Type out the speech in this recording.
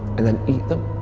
and then eat them,